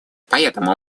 поэтому